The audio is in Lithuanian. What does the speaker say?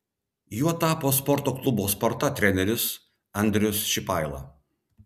juo tapo sporto klubo sparta treneris andrius šipaila